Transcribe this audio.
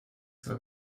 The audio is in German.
zwar